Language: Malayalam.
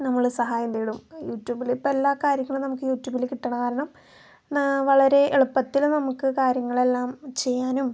നമ്മള് സഹായം തേടും യുട്യൂബിലിപ്പം എല്ലാ കാര്യങ്ങളും നമുക്ക് യൂട്യൂബില് കിട്ടുന്ന കാരണം വളരെ എളുപ്പത്തില് നമുക്ക് കാര്യങ്ങളെല്ലാം ചെയ്യാനും